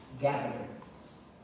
gatherings